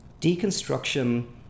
deconstruction